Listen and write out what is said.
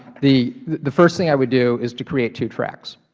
the the first thing i would do is to create two tracks.